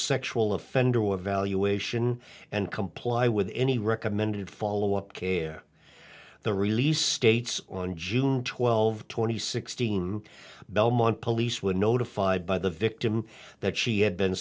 sexual offender evaluation and comply with any recommended follow up care the release states on june twelve twenty sixteen belmont police were notified by the victim that she had been